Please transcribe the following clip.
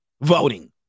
voting